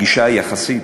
הגישה היחסית,